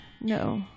No